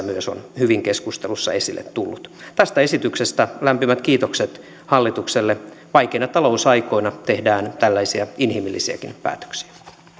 myös on hyvin keskustelussa esille tullut tästä esityksestä lämpimät kiitokset hallitukselle vaikeina talousaikoina tehdään tällaisia inhimillisiäkin päätöksiä